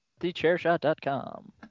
thechairshot.com